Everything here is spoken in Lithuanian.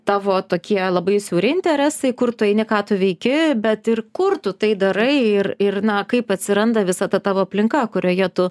tavo tokie labai siauri interesai kur tu eini ką tu veiki bet ir kur tu tai darai ir ir na kaip atsiranda visa ta tavo aplinka kurioje tu